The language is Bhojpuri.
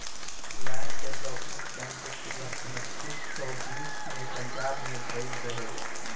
लैंड डेवलपमेंट बैंक के शुरुआत उन्नीस सौ बीस में पंजाब में भईल रहे